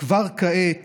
כבר כעת